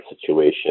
situation